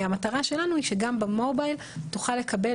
המטרה שלנו היא שגם במובייל תוכל לקבל